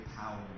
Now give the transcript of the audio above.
power